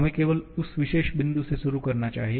हमें केवल उस विशेष बिंदु से शुरू करना चाहिए